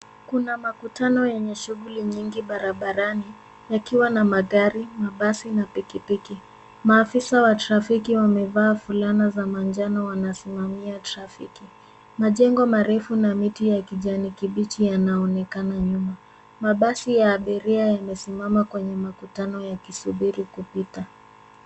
Kuna makutano yenye shughuli nyingi barabarani, yakiwa na magari, mabasi, na pikipiki . Maafisi wa trafiki wamevaa fulana za manjano wanasimamia trafiki. Majengo marefu na miti ya kijani kibichi yanaonekana nyuma. Mabasi ya abiria yamesimama kwenye makutano yakisubiri kupita.